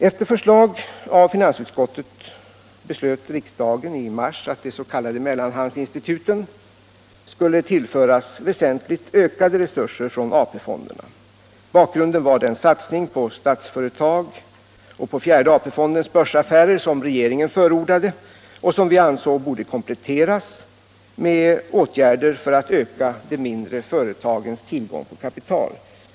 Efter förslag av finansutskottet beslöt riksdagen i mars att de s.k. mellanhandsinstituten skulle tillföras väsentligt ökade resurser från AP fonderna. Bakgrunden var den satsning på Statsföretag och fjärde AP fondens börsaffärer som regeringen förordade och som vi ansåg borde kompletteras med åtgärder för att öka de mindre företagens tillgång på kapital.